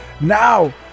Now